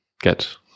get